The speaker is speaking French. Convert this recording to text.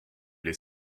les